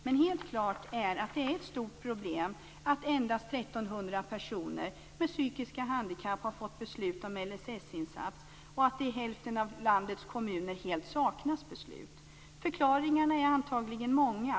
Men det är klart att det är ett stort problem att endast 1 300 personer med psykiska handikapp har fått beslut om LSS-insatser och att det helt saknas beslut i hälften av landets kommuner. Förklaringarna är antagligen många.